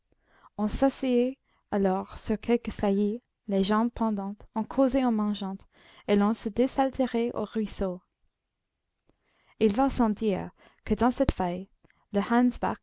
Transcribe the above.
on s'asseyait alors sur quelque saillie les jambes pendantes on causait en mangeant et l'on se désaltérait au ruisseau il va sans dire que dans cette faille le